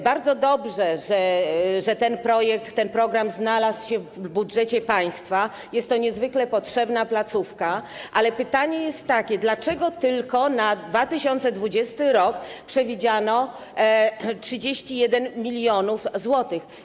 Bardzo dobrze, że ten projekt, ten program znalazł się w budżecie państwa, jest to niezwykle potrzebna placówka, ale pytanie jest takie: Dlaczego na 2020 r. przewidziano tylko 31 mln zł?